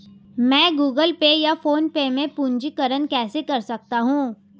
मैं Google Pay या PhonePe में पंजीकरण कैसे कर सकता हूँ?